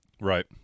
Right